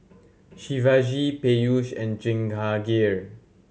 Shivaji Peyush and Jehangirr